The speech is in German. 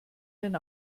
denn